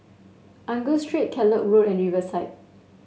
Angus Street Kellock Road and Riverside